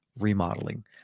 remodeling